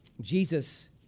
Jesus